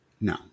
No